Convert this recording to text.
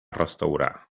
restaurar